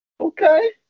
Okay